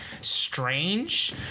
Strange